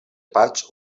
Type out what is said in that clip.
parts